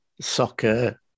soccer